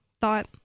thought